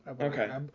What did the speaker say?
Okay